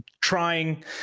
trying